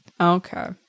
Okay